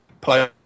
play